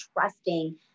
trusting